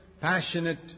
passionate